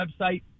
website